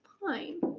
fine